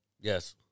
yes